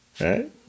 Right